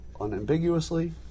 unambiguously